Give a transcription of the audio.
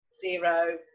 zero